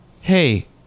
hey